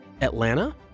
Atlanta